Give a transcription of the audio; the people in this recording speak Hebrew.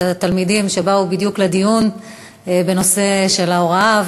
את התלמידים שבאו בדיוק לדיון בנושא ההוראה,